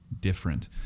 different